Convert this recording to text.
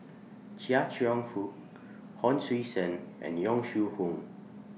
Chia Cheong Fook Hon Sui Sen and Yong Shu Hoong